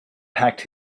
packed